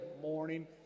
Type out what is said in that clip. morning